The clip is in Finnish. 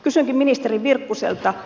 kysynkin ministeri virkkuselta